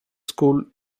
school